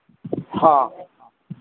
हँ